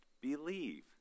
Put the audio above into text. believe